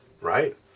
right